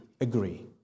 agree